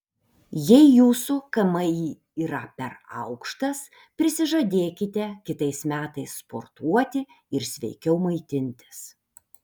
jei jūsų kmi yra per aukštas prisižadėkite kitais metais sportuoti ir sveikiau maitintis